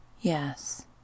Yes